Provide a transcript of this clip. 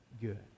good